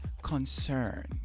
concern